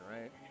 right